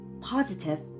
Positive